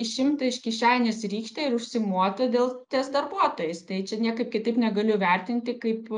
išimti iš kišenės rykštę ir užsimoti dėl ties darbuotojais tai čia niekaip kitaip negaliu vertinti kaip